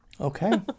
Okay